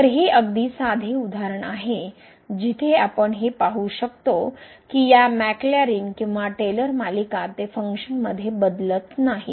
तर हे अगदी साधे उदाहरण आहे जिथे आपण हे पाहू शकतो की या मॅक्लॅरिन किंवा टेलर मालिका ते फंक्शनमध्ये बदलत नाहीत